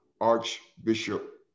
Archbishop